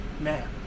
man